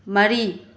ꯃꯔꯤ